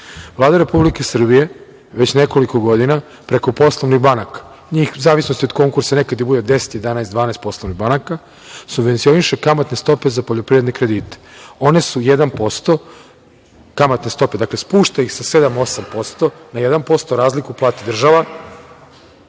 Vlada Republike Srbije već nekoliko godina preko poslovnih banaka, u zavisnosti od konkursa nekad bude 10, 11, 12 poslovnih banaka, subvencioniše kamatne stope za poljoprivredne kredite. One su 1%, kamatne stope, dakle spušta ih sa 7, 8% na 1%, razliku plati država,